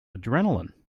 adrenaline